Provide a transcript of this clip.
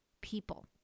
people